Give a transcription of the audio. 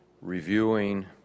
reviewing